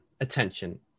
attention